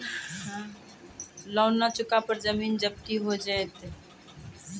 Loan न चुका पर जमीन जब्ती हो जैत की?